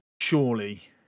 Surely